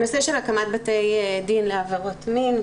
נושא של הקמת בתי דין לעבירות מין,